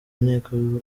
inteko